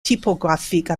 typographique